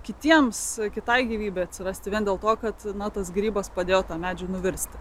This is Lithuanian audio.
kitiems kitai gyvybei atsirasti vien dėl to kad na tas grybas padėjo tam medžiui nuvirsti